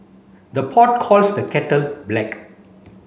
the pot calls the kettle black